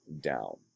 down